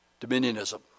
Dominionism